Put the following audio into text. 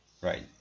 Right